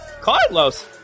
Carlos